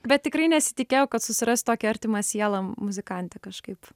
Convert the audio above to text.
bet tikrai nesitikėjau kad susirasiu tokią artimą sielą muzikantą kažkaip